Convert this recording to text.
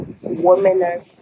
Women